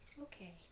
Okay